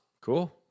Cool